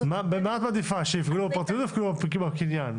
מעדיפה שיפגעו בפרטיות או שיפגעו בקניין?